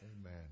Amen